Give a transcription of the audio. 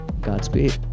Godspeed